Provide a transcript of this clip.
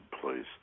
place